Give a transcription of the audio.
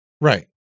Right